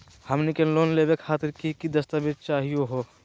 हमनी के लोन लेवे खातीर की की दस्तावेज चाहीयो हो?